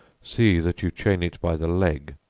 see that you chain it by the leg,